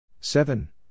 Seven